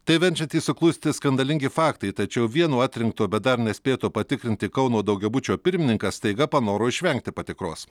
tai verčiantys suklusti skandalingi faktai tačiau vieno atrinkto bet dar nespėto patikrinti kauno daugiabučio pirmininkas staiga panoro išvengti patikros